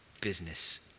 business